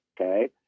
Okay